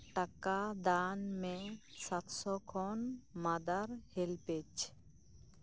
ᱴᱟᱠᱟ ᱫᱟᱱ ᱢᱮ ᱥᱟᱛ ᱥᱚ ᱠᱷᱚᱱ ᱢᱟᱫᱟᱨ ᱦᱮᱞᱯᱮᱡᱽ